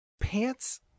pants